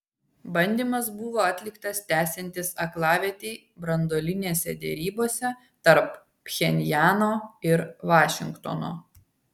bandymas buvo atliktas tęsiantis aklavietei branduolinėse derybose tarp pchenjano ir vašingtono